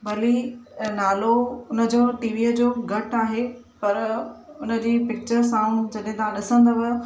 भले ई नालो उन जो टीवीअ जो घटि आहे पर उन जी पिक्चर साउंड जॾहिं तव्हां ॾिसंदव